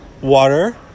Water